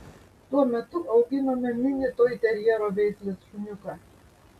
tuo metu auginome mini toiterjero veislės šuniuką